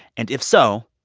and if so,